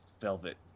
velvet